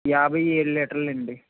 యాభై ఏడు లీటర్లు అండి